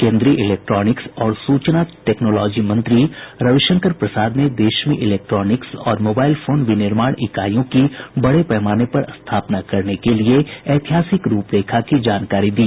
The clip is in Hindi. केन्द्रीय इलेक्ट्रोनिक्स और सूचना टैक्नोलोजी मंत्री रविशंकर प्रसाद ने देश में इलेक्ट्रोनिक्स और मोबाइल फोन विनिर्माण इकाइयों की बड़े पैमाने पर स्थापना करने के लिए ऐतिहासिक रूपरेखा की जानकारी दी